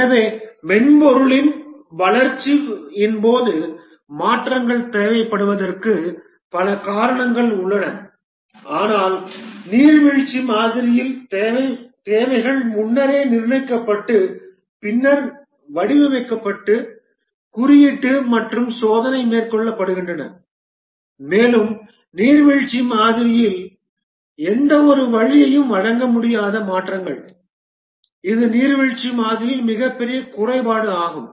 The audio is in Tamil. எனவே மென்பொருளின் வளர்ச்சியின் போது மாற்றங்கள் தேவைப்படுவதற்கு பல காரணங்கள் உள்ளன ஆனால் நீர்வீழ்ச்சி மாதிரியில் தேவைகள் முன்னரே நிர்ணயிக்கப்பட்டு பின்னர் வடிவமைப்பு குறியீட்டு மற்றும் சோதனை மேற்கொள்ளப்படுகின்றன மேலும் நீர்வீழ்ச்சி மாதிரியால் எந்தவொரு வழியையும் வழங்க முடியாது மாற்றங்கள் இது நீர்வீழ்ச்சி மாதிரியின் மிகப்பெரிய குறைபாடு ஆகும்